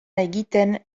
egiten